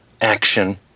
action